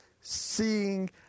seeing